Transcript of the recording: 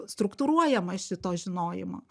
struktūruojama iš šito žinojimo